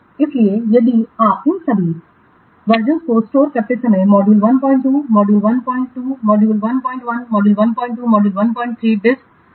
इसलिए यदि आप इन सभी संस्करणों को स्टोर करते समय module 12 module 12 module 11 module 12 module 13 disk storage की आवश्यकता बहुत अधिक होगी